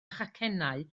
chacennau